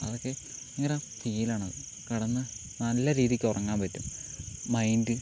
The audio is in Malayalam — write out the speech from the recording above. അതൊക്കെ ഭയങ്കര ഫീലാണ് കിടന്ന് നല്ല രീതിക്ക് ഉറങ്ങാൻ പറ്റും മൈൻഡ്